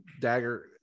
Dagger